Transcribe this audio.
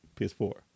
PS4